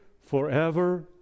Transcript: forever